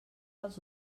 dels